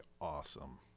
awesome